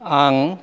आं